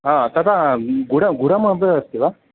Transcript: हा तथा गुड गुडमपि अस्ति वा